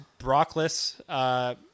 Brockless –